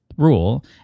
rule